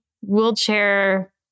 wheelchair